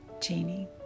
genie